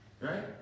right